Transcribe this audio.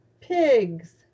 pigs